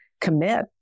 commit